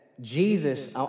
Jesus